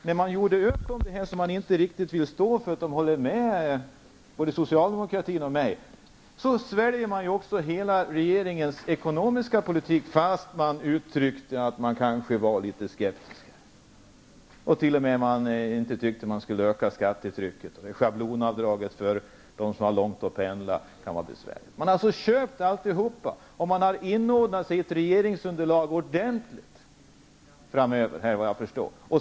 När man gjorde upp om det man inte riktigt vill stå för, eftersom man håller med både socialdemokratin och mig, så svalde man därmed också regeringens hela ekonomiska politik, fast man uttryckte att man kanske var litet skeptisk. Man tyckte att man inte skulle öka skattetrycket, och man sade att schablonavdraget var besvärligt för dem som hade långt att pendla. Men nu har man köpt alltihop och inordnat sig ordentligt i regeringsunderlaget framöver vad jag förstår.